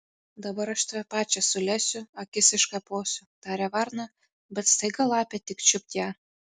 dabar aš tave pačią sulesiu akis iškaposiu tarė varna bet staiga lapė tik čiupt ją